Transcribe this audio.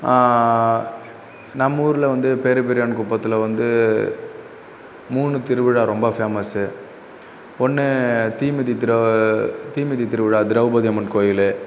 நம்மூரில் வந்து பேர்பெரியான்குப்பத்தில் வந்து மூணுத்திருவிழா ரொம்ப ஃபேமஸ் ஒன்று தீமிதி திருவ தீமிதி திருவிழா திரௌபதி அம்மன் கோயில்